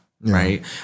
right